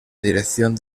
dirección